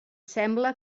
sembla